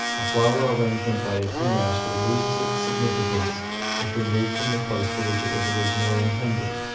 a flower arrangement by a tea-master loses its significance if removed from the place for which it was originally intended,